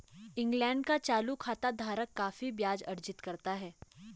England का चालू खाता धारक काफी ब्याज अर्जित करता है